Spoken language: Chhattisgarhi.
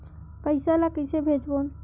पईसा ला कइसे भेजबोन?